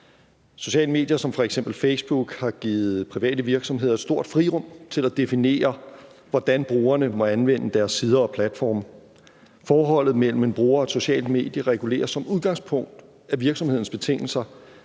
Sociale medier som f.eks. Facebook har givet private virksomheder stort frirum til at definere, hvordan brugerne må anvende deres sider og platforme. Forholdet mellem en bruger og et socialt medie reguleres som udgangspunkt af virksomhedens betingelser,